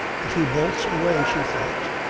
if he bolts away, she thought,